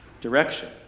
direction